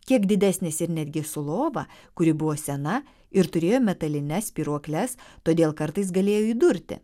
kiek didesnis ir netgi su lova kuri buvo sena ir turėjo metalines spyruokles todėl kartais galėjo įdurti